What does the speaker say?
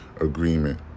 agreement